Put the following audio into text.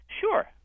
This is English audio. sure